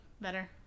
better